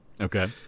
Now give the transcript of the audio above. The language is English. Okay